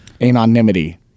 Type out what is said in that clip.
Anonymity